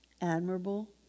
admirable